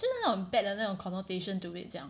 就那种 bad 的那种 connotation to it 这样